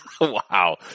Wow